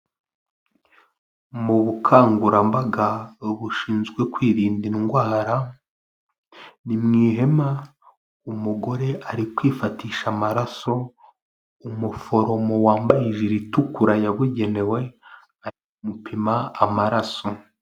Mu bukangurambaga bushinzwe kwirinda indwara, ni mu ihema umugore ari kwifatisha amaraso umuforomo wambaye ijiri itukura yabugenewe amupima amaraso.